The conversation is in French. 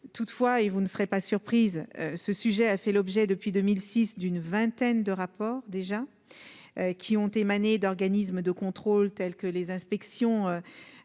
toutefois et vous ne serez pas surprise, ce sujet a fait l'objet depuis 2006, d'une vingtaine de rapports déjà qui ont émané d'organismes de contrôle, tels que les inspections générales,